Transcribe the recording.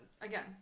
again